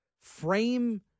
frame